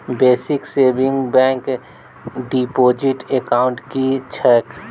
Basic savings bank deposit account की छैक?